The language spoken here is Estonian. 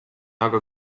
aga